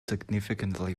significantly